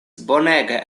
bonega